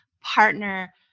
partner